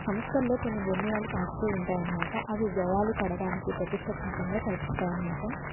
సంస్థల్లో కొన్ని నిర్ణయాలు తాకుతూ ఉంటాయి అనమాట అవి వ్యయాలు కట్టడానికి ప్రతిష్టాత్మకంగా కనిపిస్తాయి అనమాట